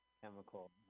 Chemical